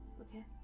Okay